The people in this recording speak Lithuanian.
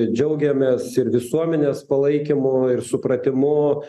džiaugiamės ir visuomenės palaikymu ir supratimu